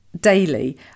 daily